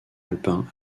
alpin